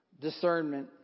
Discernment